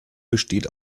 besteht